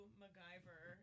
macgyver